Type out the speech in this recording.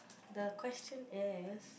the question is